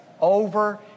over